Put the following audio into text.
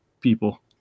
people